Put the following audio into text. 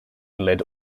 lid